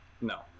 No